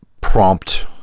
prompt